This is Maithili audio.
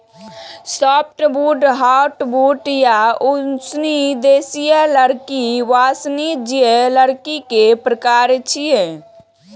सॉफ्टवुड, हार्डवुड आ उष्णदेशीय लकड़ी वाणिज्यिक लकड़ी के प्रकार छियै